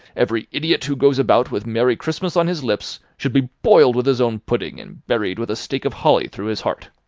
every idiot who goes about with merry christmas on his lips, should be boiled with his own pudding, and buried with a stake of holly through his heart.